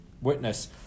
witness